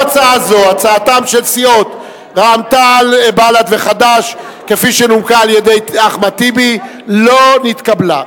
הצעת סיעות רע"ם-תע"ל חד"ש בל"ד להביע אי-אמון בממשלה לא נתקבלה.